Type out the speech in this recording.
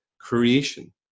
creation